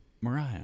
Mariah